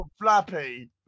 Flappy